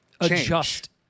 adjust